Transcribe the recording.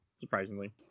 Surprisingly